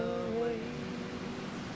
away